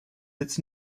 its